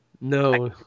No